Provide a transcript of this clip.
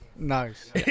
Nice